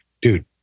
dude